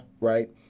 right